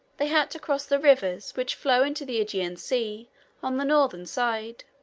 they had to cross the rivers which flow into the aegean sea on the northern side